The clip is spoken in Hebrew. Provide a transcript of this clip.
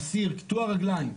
אסיר קטוע רגליים,